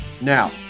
Now